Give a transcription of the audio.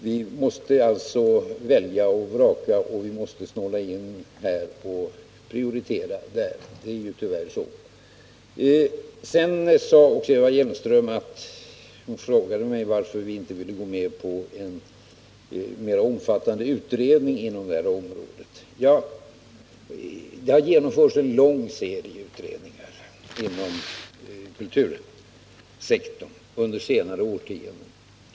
Vi måste alltså välja och vraka, vi måste snåla in här och prioritera där. Sedan frågade Eva Hjelmström varför vi inte ville gå med på en mera omfattande utredning inom det här området. Det har genomförts en lång serie utredningar inom kultursektorn under senare årtionden.